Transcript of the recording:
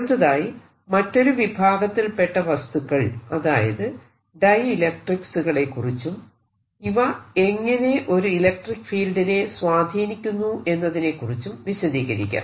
അടുത്തതായി മറ്റൊരു വിഭാഗത്തിൽ പെട്ട വസ്തുക്കൾ അതായത് ഡൈഇലക്ട്രിക്സ് കളെ കുറിച്ചും ഇവ എങ്ങിനെ ഒരു ഇലക്ട്രിക്ക് ഫീൽഡിനെ സ്വാധീനിക്കുന്നു എന്നതിനെക്കുറിച്ചും വിശദീകരിക്കാം